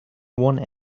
one